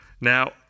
Now